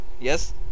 yes